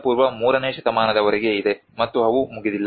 ಪೂ 3 ನೇ ಶತಮಾನದವರೆಗೆ ಇದೆ ಮತ್ತು ಅವು ಮುಗಿದಿಲ್ಲ